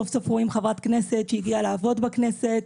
סוף סוף רואים חברת כנסת שהגיעה לעבוד בכנסת,